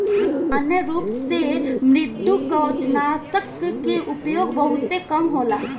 सामान्य रूप से मृदुकवचनाशक के उपयोग बहुते कम होला